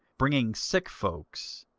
bringing sick folks,